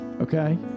okay